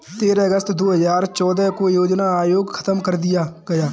तेरह अगस्त दो हजार चौदह को योजना आयोग खत्म कर दिया गया